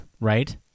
right